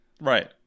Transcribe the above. right